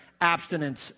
abstinence